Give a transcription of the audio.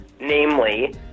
Namely